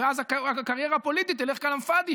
ואז הקריירה הפוליטית תלך כלאם פאדי,